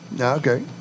Okay